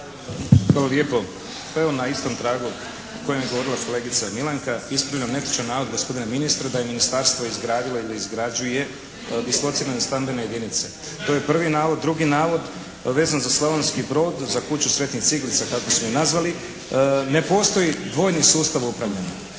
Pa evo na istom tragu o kojem je govorila kolegica Milanka ispravljam netočan navod gospodina ministra da je Ministarstvo izgradilo i da izgrađuje dislocirane stambene jedinice. To je prvi navod. Drugi navod vezan za Slavonski Brod, za kuću sretnih ciglica kako su je nazvali. Ne postoji dvojni sustav upravljanja.